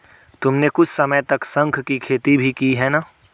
तुमने कुछ समय तक शंख की खेती भी की है ना?